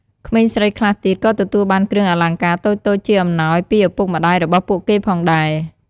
ក្មេងស្រីខ្លះទៀតក៏ទទួលបានគ្រឿងអលង្ការតូចៗជាអំណោយពីឱពុកម្ដាយរបស់ពួកគេផងដែរ។